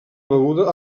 beguda